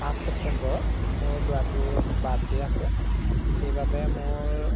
পাঁচ চেপ্তেম্বৰ মোৰ ল'ৰাটোৰ বাৰ্থডে আছে সেইবাবে মোৰ